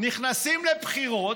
נכנסים לבחירות,